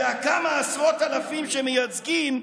וכמה עשרות אלפים שמייצגים,